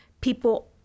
people